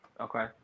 Okay